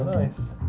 nice!